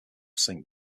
saint